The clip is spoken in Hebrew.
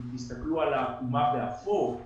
אם תסתכלו על העקומה באפור,